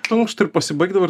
taukšt ir pasibaigdavo